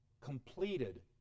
completed